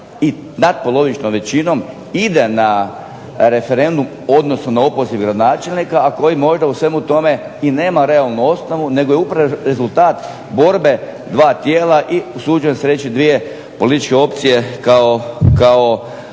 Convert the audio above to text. i natpolovičnom većinom ide na referendum, odnosno na opoziv gradonačelnika, a koji možda u svemu tome i nema realnu osnovu nego je upravo rezultat borbe dva tijela i usuđujem se reći dvije političke opcije kao